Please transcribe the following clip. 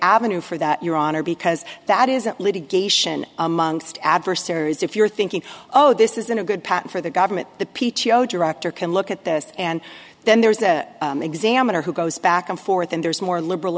avenue for that your honor because that isn't litigation amongst adversaries if you're thinking oh this isn't a good patent for the government the p t o director can look at this and then there's the examiner who goes back and forth and there's more liberal